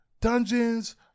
dungeons